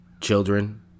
children